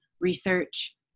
research